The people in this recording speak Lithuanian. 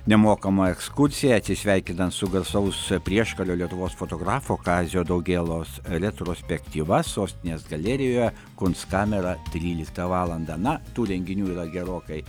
nemokama ekskursija atsisveikinant su garsaus prieškario lietuvos fotografo kazio daugėlos retrospektyva sostinės galerijoje kunstkamera tryliktą valandą na tų renginių yra gerokai